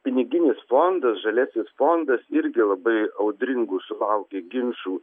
piniginis fondas žaliasis fondas irgi labai audringų sulaukė ginčų